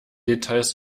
details